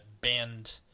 banned